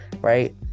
right